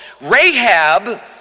Rahab